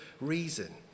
reason